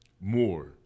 more